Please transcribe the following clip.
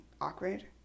Awkward